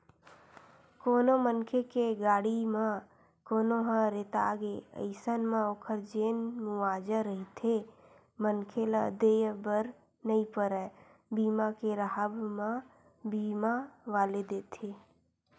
कोनो मनखे के गाड़ी म कोनो ह रेतागे अइसन म ओखर जेन मुवाजा रहिथे मनखे ल देय बर नइ परय बीमा के राहब म बीमा वाले देथे